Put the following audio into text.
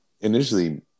initially